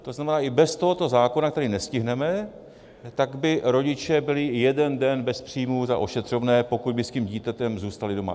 To znamená, i bez tohoto zákona, který nestihneme, tak by rodiče byli jeden den bez příjmů za ošetřovné, pokud by s tím dítětem zůstali doma.